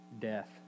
death